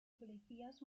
policías